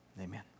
Amen